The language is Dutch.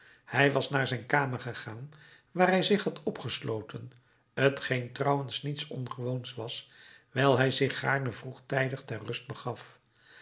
hij was naar zijn kamer gegaan waar hij zich had opgesloten t geen trouwens niets ongewoons was wijl hij zich gaarne vroegtijdig ter rust